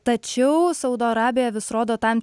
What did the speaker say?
tačiau saudo arabija vis rodo tam